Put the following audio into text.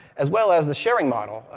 as well as the sharing model,